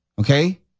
Okay